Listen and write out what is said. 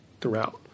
throughout